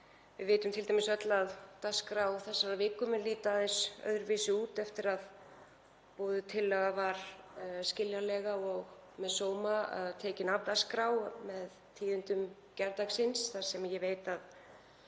Við vitum t.d. öll að dagskrá þessarar viku mun líta aðeins öðruvísi út eftir að boðuð tillaga var skiljanlega og með sóma tekin af dagskrá með tíðindum gærdagsins. Ég veit að